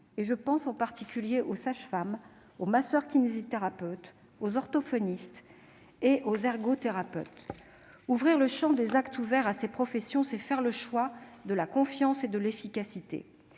Je pense en particulier aux sages-femmes, aux masseurs-kinésithérapeutes, aux orthophonistes et aux ergothérapeutes. Ouvrir le champ des actes ouverts à ces professions, c'est faire le choix de la confiance et de l'efficacité.